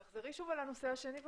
תחזרי בבקשה שוב על הנושא השני.